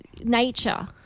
Nature